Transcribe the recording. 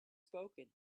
spoken